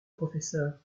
professeur